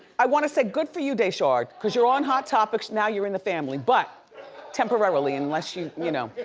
i wanna say good for you daeshard, cause you're on hot topics, now you're in the family. but temporarily, unless you you know.